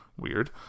Weird